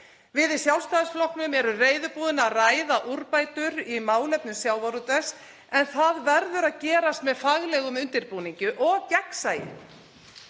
Við í Sjálfstæðisflokknum erum reiðubúin að ræða úrbætur í málefnum sjávarútvegs en það verður að gerast með faglegum undirbúningi og gegnsæi.